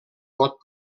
pot